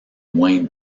moins